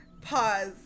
Pause